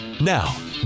Now